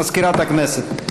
מזכירת הכנסת.